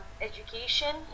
education